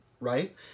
right